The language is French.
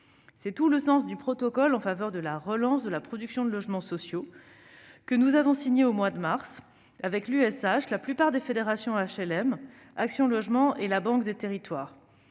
C'est tout le sens du protocole en faveur de la relance de la production de logements sociaux que nous avons signé au mois de mars avec l'Union sociale pour l'habitat (USH), la plupart des fédérations HLM, Action Logement et la Banque des territoires.